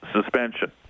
suspension